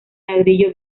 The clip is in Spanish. ladrillo